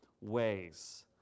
ways